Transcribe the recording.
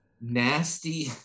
nasty